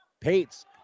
Pates